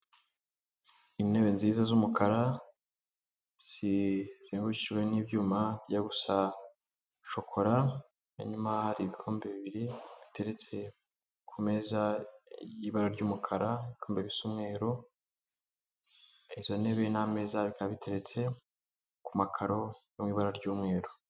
Intebe nziza z'umukara zizengukijwe n'ibyuma bijya gusa shokora, i nyuma hari ibikombe bibiri biteretse ku meza y'ibara ry'umukara, ibikombe bisa umweru, izo ntebe n'ameza bikaba biteretse ku makaro mu ibara ry'umweru.